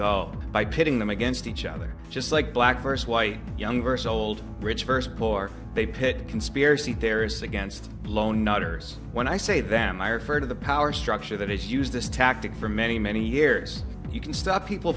go by pitting them against each other just like black versus white young verse old rich versus poor they pit conspiracy theorists against blown nutters when i say them i refer to the power structure that has used this tactic for many many years you can stop people